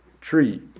tree